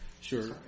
Sure